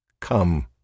COME